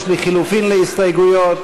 יש לחלופין להסתייגויות.